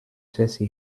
jesse